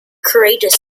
courageous